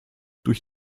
durch